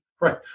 right